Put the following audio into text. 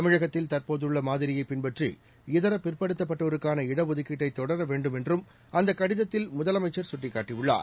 தமிழகத்தில் தற்போதுள்ள மாதிரியை பின்பற்றி இதர பிற்படுத்தப்பட்டோருக்கான இடஒதுக்கீட்டை தொடர வேண்டும் என்றும் அந்தக் கடிதத்தில் முதலமைச்சர் சுட்டிக்காட்டியுள்ளார்